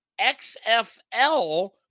XFL